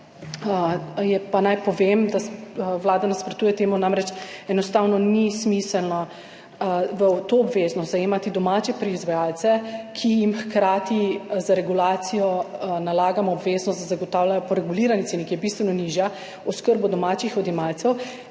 naj povem, da Vlada nasprotuje temu. Namreč, enostavno ni smiselno v to obveznost zajemati domače proizvajalce, ki jim hkrati z regulacijo nalagamo obveznost, da zagotavljajo po regulirani ceni, ki je bistveno nižja, oskrbo domačih odjemalcev